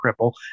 cripple